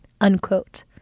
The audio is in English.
unquote